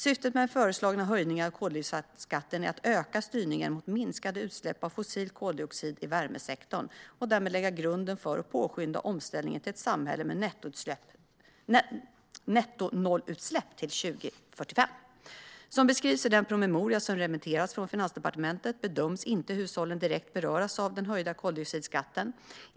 Syftet med den föreslagna höjningen av koldioxidskatten är att öka styrningen mot minskade utsläpp av fossil koldioxid i värmesektorn och därmed lägga grunden för och påskynda omställningen till ett samhälle med nettonollutsläpp till 2045. Som beskrivs i den promemoria som remitterats från Finansdepartementet bedöms inte hushållen direkt beröras av den höjda koldioxidskatten.